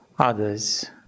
others